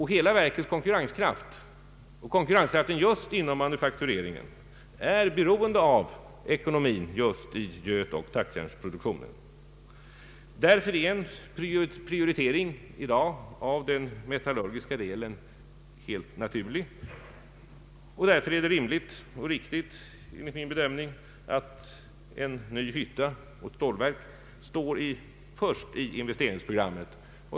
Hela verkets konkurrenskraft, och konkurrenskraften just inom manufaktureringen, är beroende av ekonomin i götoch tackjärnsproduktionen. Därför är en prioritering av den metal lurgiska delen i dag helt naturlig. Enligt min bedömning är det därför också rimligt och riktigt att en ny hytta och ett stålverk står först i investeringsprogrammet.